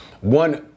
One